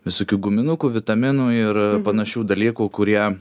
visokių guminukų vitaminų ir panašių dalykų kurie